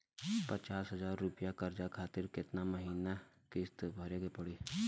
पचास हज़ार रुपया कर्जा खातिर केतना महीना केतना किश्ती भरे के पड़ी?